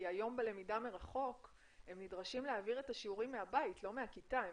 היום בלמידה מרחוק הם נדרשים להעביר את השיעורים מהבית לא מהכיתה.